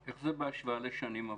איך זה בהשוואה לשנים עברו?